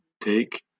take